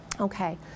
okay